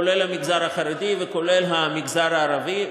כולל המגזר החרדי וכולל המגזר הערבי.